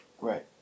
Right